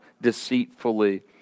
deceitfully